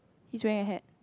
is wearing a hat